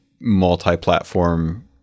multi-platform